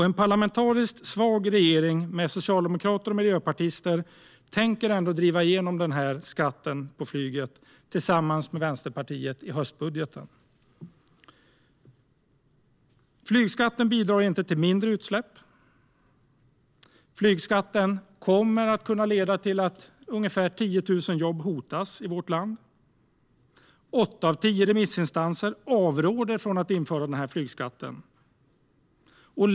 En parlamentariskt svag regering med socialdemokrater och miljöpartister tänker ändå driva igenom den här skatten på flyget tillsammans med Vänsterpartiet i höstbudgeten. Flygskatten bidrar inte till mindre utsläpp. Flygskatten kommer att kunna leda till att ungefär 10 000 jobb hotas i vårt land. Åtta av tio remissinstanser avråder från att införa flygskatten.